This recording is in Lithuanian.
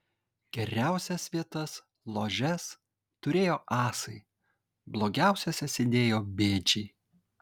geriausias vietas ložes turėjo asai blogiausiose sėdėjo bėdžiai